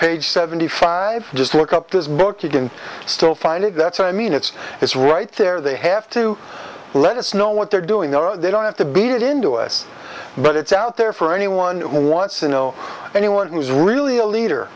page seventy five just look up this book you can still find it that's i mean it's it's right there they have to let us know what they're doing no they don't have to beat it into us but it's out there for anyone who wants to know anyone who's really a leader